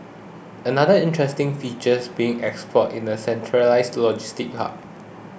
another interesting feature being explored in a centralised logistics hub